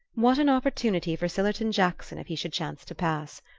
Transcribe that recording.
what an opportunity for sillerton jackson, if he should chance to pass!